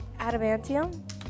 adamantium